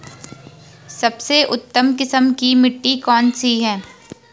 सबसे उत्तम किस्म की मिट्टी कौन सी है?